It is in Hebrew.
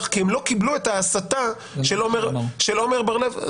כי הם לא קיבלו את ההסתה של עומר בר לב.